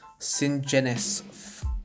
syngenes